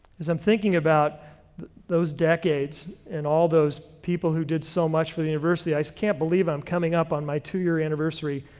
as i'm thinking about those decades and all those people who did so much for the university, i just can't believe i'm coming up on my two-year anniversary.